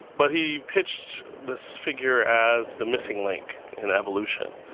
but he pitched this figure as the missing link in evolution.